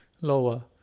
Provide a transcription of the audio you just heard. lower